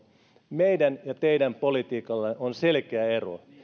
meidän ja teidän politiikalla on selkeä ero